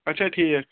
اچھا ٹھیٖک